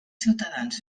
ciutadans